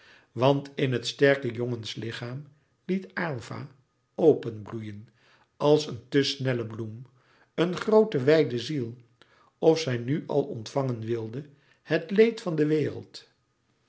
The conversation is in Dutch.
want in het sterke jongenslichaam liet aylva openbloeien als een te snelle bloem eene groote wijde ziel of zij nu al ontvangen wilde het leed van de wereld